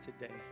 today